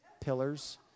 pillars